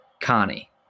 Connie